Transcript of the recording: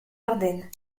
ardennes